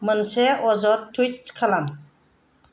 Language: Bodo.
मोनसे अजद टुइट खालाम